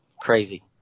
crazy